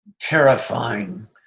terrifying